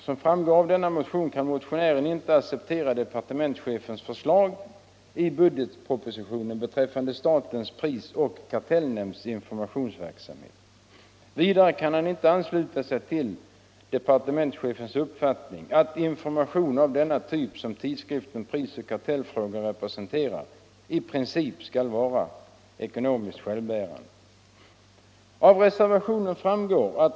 Som framgår av denna motion kan motionären inte acceptera departementschefens förslag i budgetpropositionen beträffande statens prisoch kartellnämnds informationsverksamhet. Vidare kan han inte ansluta sig till departementschefens uppfattning att information av den typ som tidskriften Prisoch kartellfrågor representerar i princip skall vara ekonomiskt självbärande.